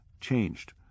changed